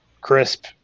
crisp